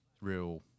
real